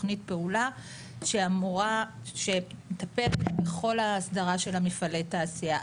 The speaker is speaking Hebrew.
תוכנית פעולה שמטפלת בכל ההסדרה של מפעלי התעשייה.